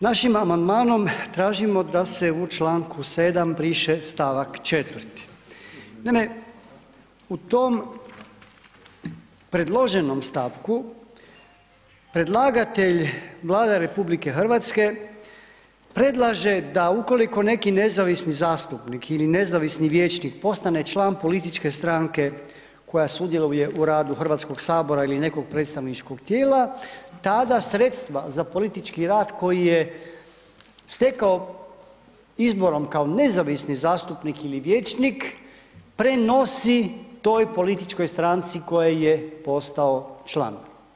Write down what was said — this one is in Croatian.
Našim amandmanom tražimo da se u čl. 7 briše stavak 4. Naime, u tom predloženom stavku predlagatelj, Vlada RH predlaže da ukoliko neki nezavisni zastupnik ili nezavisni vijećnik postane član političke stranke koja sudjeluje u radu HS-a ili nekog predstavničkog tijela, tada sredstva za politički rad koji je stekao izborom kao nezavisni zastupnik ili vijećnik prenosi toj političkoj stranci koje je postao član.